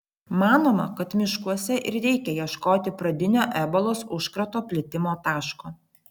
manoma kad miškuose ir reikia ieškoti pradinio ebolos užkrato plitimo taško